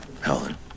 Helen